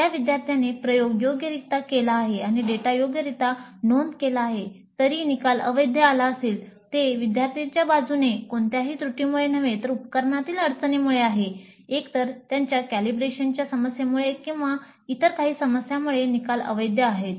ज्या विद्यार्थ्यांनी प्रयोग योग्यरित्या केला आहे आणि डेटा योग्यरित्या नोंद केला आहे तरी निकाल अवैध आला असेल ते विद्यार्थीच्या बाजूने कोणत्याही त्रुटीमुळे नव्हे तर उपकरणांमधील अडचणीमुळे आहे एकतर त्यांच्या कॅलिब्रेशनच्या समस्येमुळे किंवा इतर काही समस्यांमुळे निकाल अवैध आले आहेत